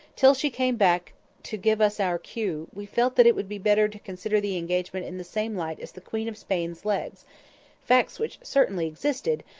till she came back to give us our cue, we felt that it would be better to consider the engagement in the same light as the queen of spain's legs facts which certainly existed,